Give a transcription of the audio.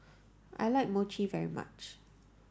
I like Mochi very much